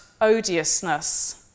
odiousness